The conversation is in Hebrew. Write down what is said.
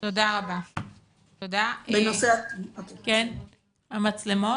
בנושא המצלמות,